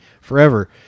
forever